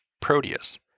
Proteus